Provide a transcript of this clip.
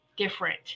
Different